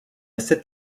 sept